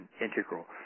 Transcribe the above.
integral